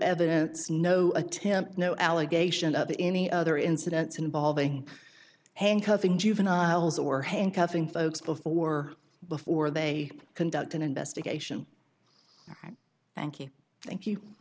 evidence no attempt no allegation of any other incidents involving handcuffing juveniles or handcuffing folks before before they conduct an investigation thank you thank you